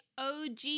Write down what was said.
OG